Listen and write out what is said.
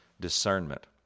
discernment